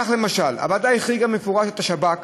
כך, למשל, הוועדה החריגה במפורש את השב"כ